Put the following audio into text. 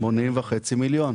וחצי מיליון.